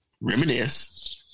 reminisce